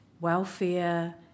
welfare